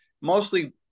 mostly